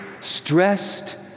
stressed